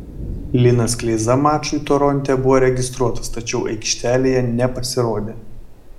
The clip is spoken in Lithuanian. linas kleiza mačui toronte buvo registruotas tačiau aikštelėje nepasirodė